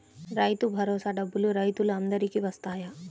రైతు భరోసా డబ్బులు రైతులు అందరికి వస్తాయా?